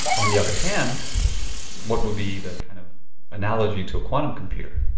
on the other hand what would be the kind of analogy to a quantum computer?